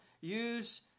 use